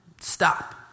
stop